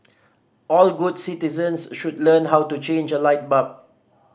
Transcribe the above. all good citizens should learn how to change a light bulb